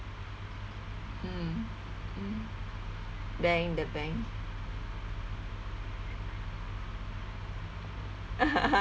mm mm bank the bank